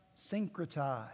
syncretize